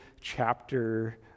chapter